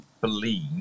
believe